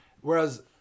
Whereas